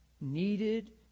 needed